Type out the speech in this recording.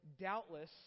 doubtless